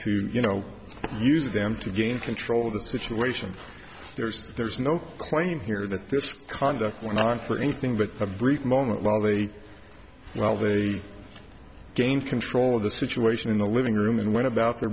to you know use them to gain control of the situation there's there's no claim here that this conduct went on for anything but a brief moment lolly while they gain control of the situation in the living room and went about their